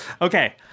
Okay